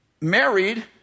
married